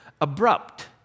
abrupt